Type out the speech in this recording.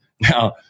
Now